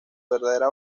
verdadera